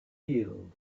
healed